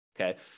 Okay